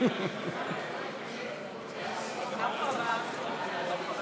נא לשבת, אנחנו ממשיכים.